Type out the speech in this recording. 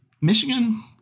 Michigan